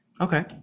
Okay